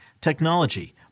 technology